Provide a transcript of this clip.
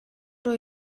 руу